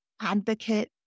advocate